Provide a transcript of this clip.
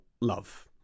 love